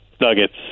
Nuggets